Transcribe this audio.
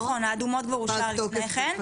אה נכון, האדומות כבר אושר לפני כן.